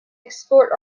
export